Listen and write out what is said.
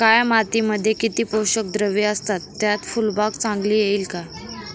काळ्या मातीमध्ये किती पोषक द्रव्ये असतात, त्यात फुलबाग चांगली येईल का?